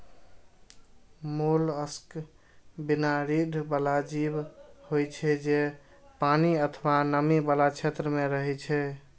mollusc बिना रीढ़ बला जीव होइ छै, जे पानि अथवा नमी बला क्षेत्र मे रहै छै